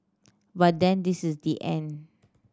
but then this is the end